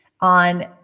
on